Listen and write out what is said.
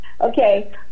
Okay